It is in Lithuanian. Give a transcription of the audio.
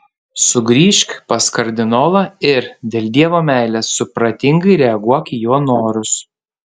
sugrįžk pas kardinolą ir dėl dievo meilės supratingai reaguok į jo norus